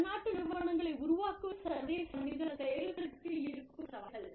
பன்னாட்டு நிறுவனங்களை உருவாக்குவதில் சர்வதேச மனித வள செயல்பாடுகளுக்கு இருக்கும் சவால்கள்